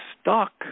stuck